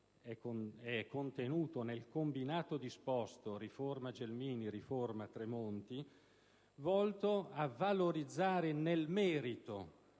è contenuto nel combinato disposto riforma Gelmini-riforma Tremonti che sia volto a valorizzare nel merito